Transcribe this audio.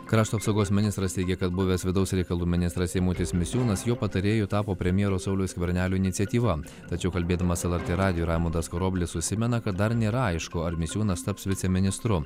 krašto apsaugos ministras teigia kad buvęs vidaus reikalų ministras eimutis misiūnas jo patarėju tapo premjero sauliaus skvernelio iniciatyva tačiau kalbėdamas lrt radijui raimundas karoblis užsimena kad dar nėra aišku ar misiūnas taps viceministru